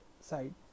side